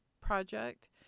project